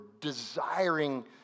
desiring